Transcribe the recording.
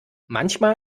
manchmal